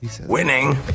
Winning